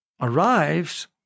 arrives